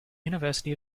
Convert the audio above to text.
university